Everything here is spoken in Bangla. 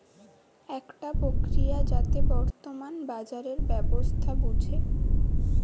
একটা প্রক্রিয়া যাতে বর্তমান বাজারের ব্যবস্থা বুঝে